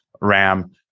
ram